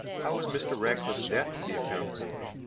how was mr. ratcliffe's death to be accounted for?